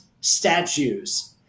statues